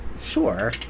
Sure